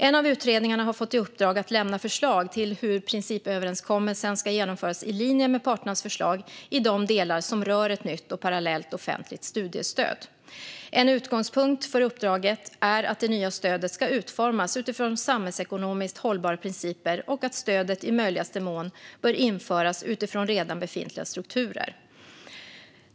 En av utredningarna har fått i uppdrag att lämna förslag till hur principöverenskommelsen ska genomföras i linje med parternas förslag i de delar som rör ett nytt och parallellt offentligt studiestöd. En utgångspunkt för uppdraget är att det nya stödet ska utformas utifrån samhällsekonomiskt hållbara principer och att stödet i möjligaste mån bör införas utifrån redan befintliga strukturer.